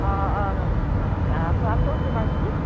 অঁ অঁ নমস্কাৰ নমস্কাৰ তোমাৰ কি